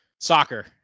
Soccer